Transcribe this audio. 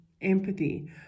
empathy